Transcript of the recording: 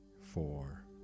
four